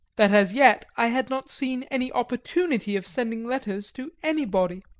that as yet i had not seen any opportunity of sending letters to anybody.